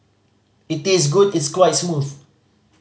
it tastes good it's quite smooth